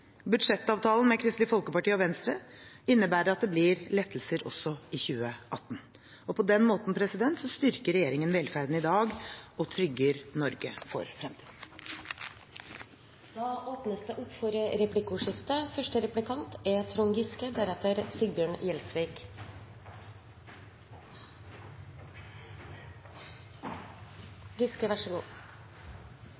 Budsjettavtalen med Kristelig Folkeparti og Venstre innebærer at det blir lettelser også i 2018. På den måten styrker regjeringen velferden i dag og trygger Norge for fremtiden. Det blir replikkordskifte.